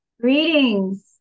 Greetings